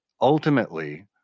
ultimately